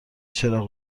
چراغ